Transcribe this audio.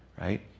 right